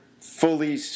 fully